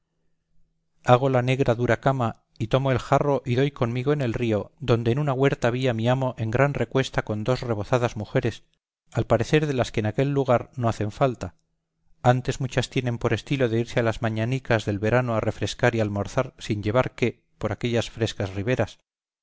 hago la negra dura cama y tomo el jarro y doy comigo en el río donde en una huerta vi a mi amo en gran recuesta con dos rebozadas mujeres al parecer de las que en aquel lugar no hacen falta antes muchas tienen por estilo de irse a las mañanicas del verano a refrescar y almorzar sin llevar qué por aquellas frescas riberas